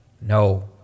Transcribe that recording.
no